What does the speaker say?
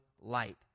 light